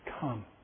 come